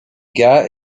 got